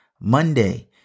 Monday